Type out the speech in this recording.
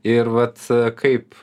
ir vat kaip